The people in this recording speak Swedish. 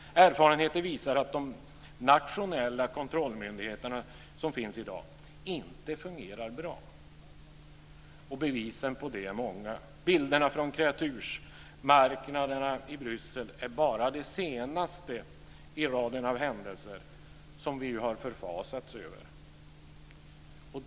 Erfarenheter visar att de nationella kontrollmyndigheter som finns i dag inte fungerar bra. Bevisen för det är många. Bilderna från kreatursmarknaderna i Bryssel är bara den senaste i raden av händelser som vi har förfasats över.